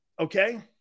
Okay